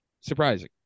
surprising